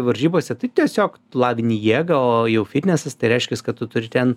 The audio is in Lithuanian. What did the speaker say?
varžybose tai tiesiog tu lavini jėgą o jau fitnes tai reiškias kad tu turi ten